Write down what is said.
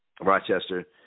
Rochester